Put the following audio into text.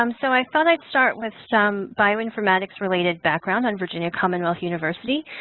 um so i thought i'd start with some bioinformatics related background on virginia commonwealth university.